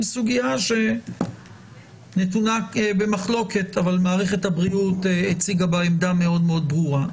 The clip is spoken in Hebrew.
סוגיה שנתונה במחלוקת אבל מערכת הבריאות הציגה בה עמדה מאוד מאוד ברורה.